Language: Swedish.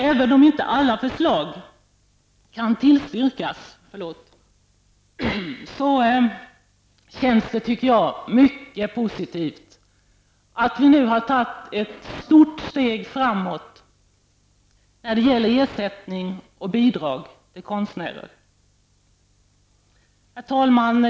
Även om inte alla förslag kan tillstyrkas, tycker jag att det känns mycket positivt att vi nu har tagit ett stort steg framåt när det gäller ersättning och bidrag till konstnärer. Herr talman!